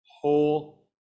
whole